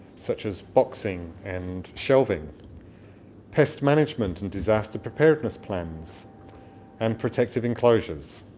such as boxing and shelving pest management and disaster preparedness plans and protective enclosures